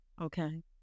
Okay